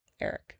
Eric